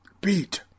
beat